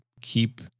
keep